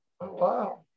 Wow